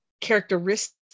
characteristics